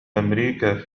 أمريكا